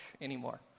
anymore